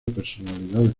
personalidades